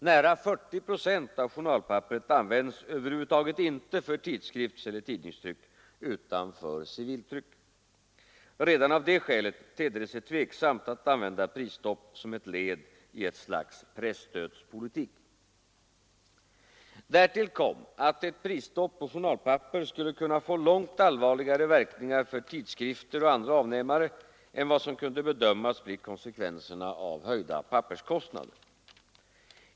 Nära 40 procent av journalpapperet används över huvud taget inte för tidskriftseller tidningstryck utan för civiltryck. Redan av detta skäl tedde det sig tveksamt att använda prisstopp som ett led i ett slags presstödspolitik. Därtill kom att ett prisstopp på journalpapper skulle kunna få långt allvarligare verkningar för tidskrifter och andra avnämare än vad som kunde bedömas bli konsekvenserna av höjda papperskostnader.